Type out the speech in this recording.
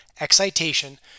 excitation